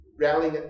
rallying